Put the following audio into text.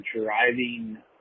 driving